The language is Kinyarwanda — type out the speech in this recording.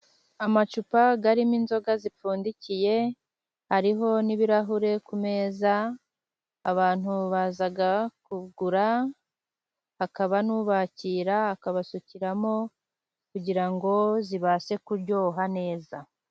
Amacupa arimo inzoga zipfundikiye, hariho n'ibirahure ku meza, abantu baza kugura, hakaba n'ubakira akabasukiramo, kugira ngo zibashe kuryoha neza.